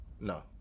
no